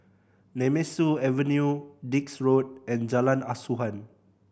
Nemesu Avenue Dix Road and Jalan Asuhan